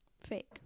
fake